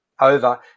over